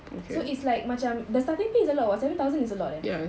so it's like macam the starting pay is a lot [what] seven thousand is a lot eh